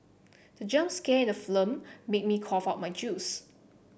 the jump scare in the film made me cough out my juice